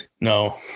No